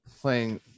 playing